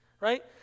Right